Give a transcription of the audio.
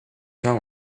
tell